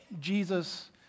Jesus